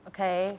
Okay